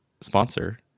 sponsor